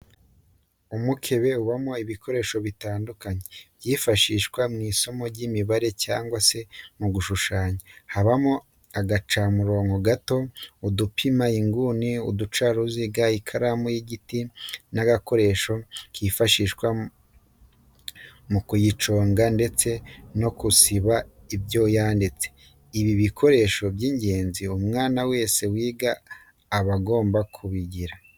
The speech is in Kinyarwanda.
Umukebe ubamo ibikoresho bitandukanye byifashishwa mu isomo ry'imibare cyangwa se mu gushushanya habamo agacamurongo gato, udupima inguni, uducaruziga, ikaramu y'igiti n'agakoresho kifashishwa mu kuyiconga ndetse n'ako gusiba ibyo yanditse, ni ibikoresho by'ingenzi umwana wese wiga aba agomba kugira.